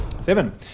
Seven